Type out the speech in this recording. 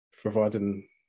providing